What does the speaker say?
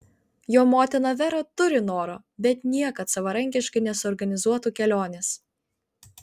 jo motina vera turi noro bet niekad savarankiškai nesuorganizuotų kelionės